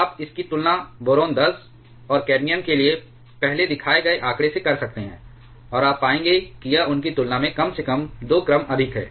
आप इसकी तुलना बोरॉन 10 और कैडमियम के लिए पहले दिखाए गए आंकड़े से कर सकते हैं और आप पाएंगे कि यह उनकी तुलना में कम से कम 2 क्रम अधिक है